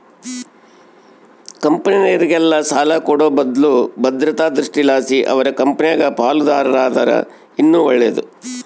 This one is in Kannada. ಕಂಪೆನೇರ್ಗೆ ಸಾಲ ಕೊಡೋ ಬದ್ಲು ಭದ್ರತಾ ದೃಷ್ಟಿಲಾಸಿ ಅವರ ಕಂಪೆನಾಗ ಪಾಲುದಾರರಾದರ ಇನ್ನ ಒಳ್ಳೇದು